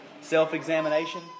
self-examination